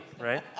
right